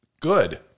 Good